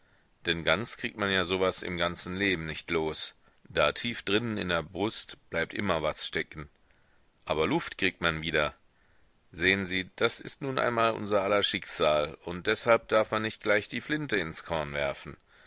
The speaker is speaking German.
denn ganz kriegt man ja so was im ganzen leben nicht los da tief drinnen in der brust bleibt immer was stecken aber luft kriegt man wieder sehen sie das ist nun einmal unser aller schicksal und deshalb darf man nicht gleich die flinte ins korn werfen